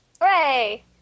Hooray